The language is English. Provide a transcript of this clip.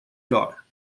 daughter